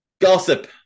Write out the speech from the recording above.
Gossip